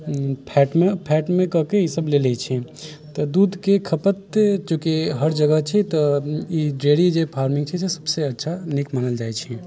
फैटमे फैटमे के ईसब लऽ लै छै तऽ दूधके खपत चूँकि हर जगह छै तऽ ई डेअरी जे फार्मिंग छै से सबसँ अच्छा नीक मानल जाइ छै